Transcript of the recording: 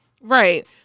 Right